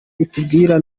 itubwira